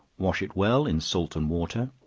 wash it well in salt and water,